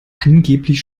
angeblich